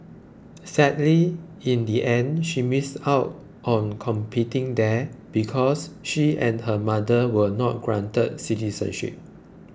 sadly in the end she missed out on competing there because she and her mother were not granted citizenship